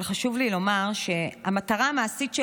אבל חשוב לי לומר שהמטרה המעשית של